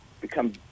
become